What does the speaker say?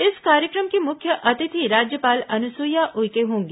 इस कार्यक्रम की मुख्य अतिथि राज्यपाल अनुसुईया उइके होंगी